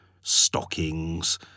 stockings